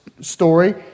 story